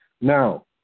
Now